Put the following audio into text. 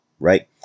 Right